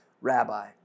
rabbi